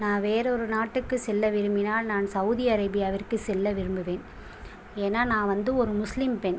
நான் வேறொரு நாட்டுக்கு செல்ல விரும்பினால் நான் சவூதி அரேபியாவிற்கு செல்ல விரும்புவேன் ஏன்னால் நான் வந்து ஒரு முஸ்லீம் பெண்